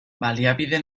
baliabide